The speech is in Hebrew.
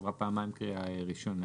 עברה פעמיים קריאה ראשונה.